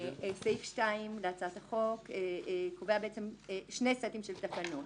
סעיף 2 להצעת החוק מסמיך שני סטים של תקנות: